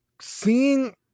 Seeing